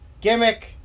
gimmick